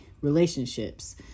relationships